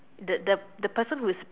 the the the person who is